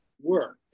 work